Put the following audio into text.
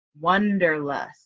Wonderlust